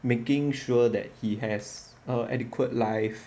making sure that he has a adequate life